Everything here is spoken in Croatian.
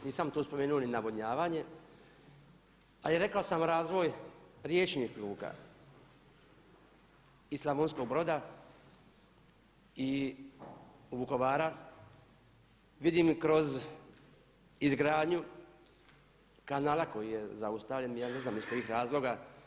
Nisam tu spomenuo ni navodnjavanje, a i rekao sam razvoj riječnih luka i Slavonskog Broda i Vukovara vidim kroz izgradnju kanala koji je zaustavljen ja ne znam iz kojih razloga.